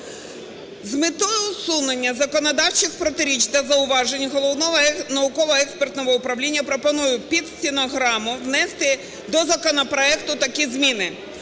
З метою усунення законодавчих протиріч та зауважень Головного науково-експертного управління, пропоную під стенограму внести до законопроекту такі зміни.